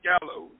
gallows